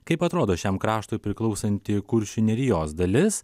kaip atrodo šiam kraštui priklausanti kuršių nerijos dalis